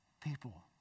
People